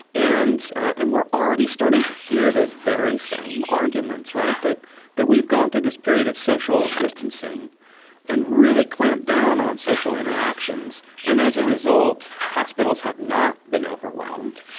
and and we're already starting to hear those very same arguments, right. that that we've gone through this period of social distancing and really clamp down on social interactions. and as a result, hospitals have not been overwhelmed.